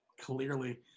Clearly